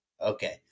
Okay